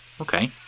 Okay